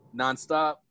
nonstop